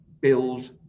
build